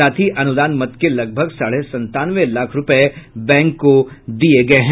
साथ ही अनुदान मद के लगभग साढ़े संतानवे लाख रूपये बैंक को दिये गये हैं